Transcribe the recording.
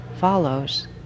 follows